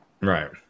Right